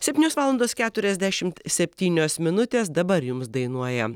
septynios valandos keturiasdešimt septynios minutės dabar jums dainuoja